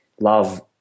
love